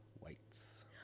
whites